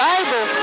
Bible